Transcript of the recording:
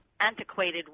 antiquated